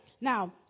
Now